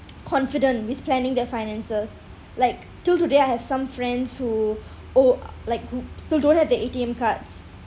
confident with planning their finances like till today I have some friends who oh like who still don't have their A_T_M cards